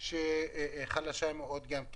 חלשה מאוד.